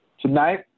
Tonight